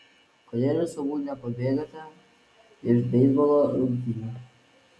kodėl jūs abu nepabėgate iš beisbolo rungtynių